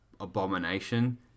abomination